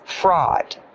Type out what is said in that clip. fraud